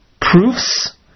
proofs